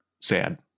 sad